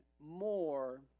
more